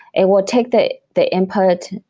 it will take the the input,